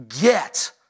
get